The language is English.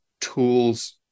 tools